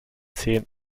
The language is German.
zehn